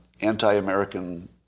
anti-American